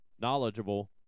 knowledgeable